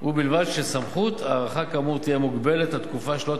ובלבד שסמכות הארכה כאמור תהיה מוגבלת לתקופה שלא